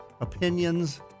opinions